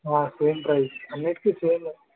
same price అన్నిటికి సేమే